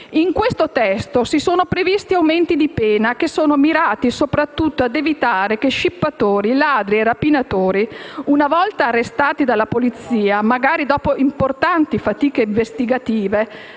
In questo testo si sono previsti aumenti di pena mirati soprattutto ad evitare che scippatori, ladri e rapinatori, una volta arrestati dalla polizia, magari dopo importanti fatiche investigative,